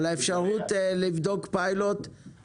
הבנת את המודל שדיברתי עליו?